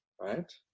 right